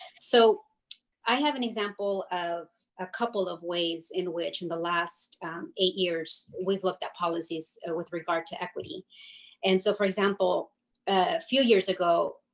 so i have an example of a couple of ways in which and the the last eight years we've looked at policies with regard to equity and so for example a few years ago,